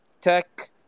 tech